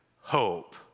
hope